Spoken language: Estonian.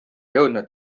jõudnud